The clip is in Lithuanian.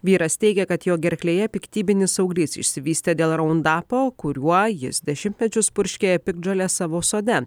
vyras teigė kad jo gerklėje piktybinis auglys išsivystė dėl roundapo kuriuo jis dešimtmečius purškė piktžoles savo sode